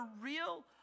real